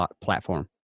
platform